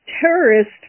terrorist